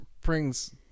brings